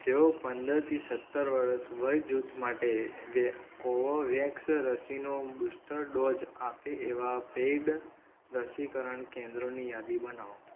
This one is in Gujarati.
જેઓ પંદરથી સત્તર વર્ષ વયજૂથ માટે કોવોવેક્સ રસીનો બુસ્ટર ડોઝ આપે એવાં પેઈડ રસીકરણ કેન્દ્રોની યાદી બનાવો